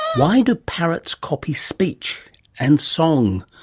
why do parrots copy speech and song?